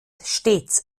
stets